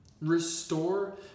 Restore